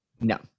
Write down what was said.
No